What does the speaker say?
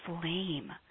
flame